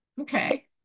Okay